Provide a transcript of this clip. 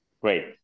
Great